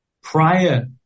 prior